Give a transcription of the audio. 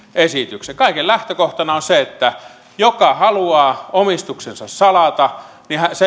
esityksen kaiken lähtökohtana on se että joka haluaa omistuksensa salata